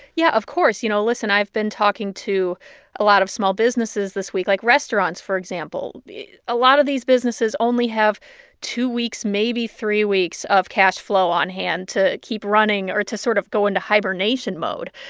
yeah, of course. you know, listen i've been talking to a lot of small businesses this week, like restaurants for example. a lot of these businesses only have two weeks, maybe three weeks of cash flow on hand to keep running or to sort of go into hibernation mode.